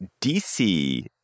DC